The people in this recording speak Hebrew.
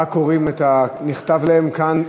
ורק קוראים את הנכתב להם כאן.